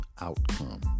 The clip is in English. outcome